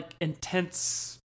intense